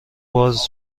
باز